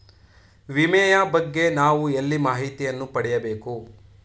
ವಿಮೆಯ ಬಗ್ಗೆ ನಾವು ಎಲ್ಲಿ ಮಾಹಿತಿಯನ್ನು ಪಡೆಯಬೇಕು?